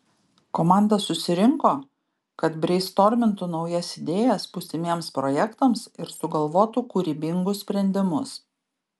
komanda susirinko kad breistormintų naujas idėjas būsimiems projektams ir sugalvotų kūrybingus sprendimus